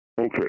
Okay